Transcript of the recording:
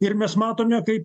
ir mes matome kaip